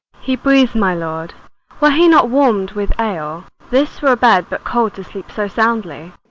he breathes, my lord. were he not warm'd with ale, this were a bed but cold to sleep so soundly.